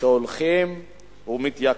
שהולכים ומתייקרים,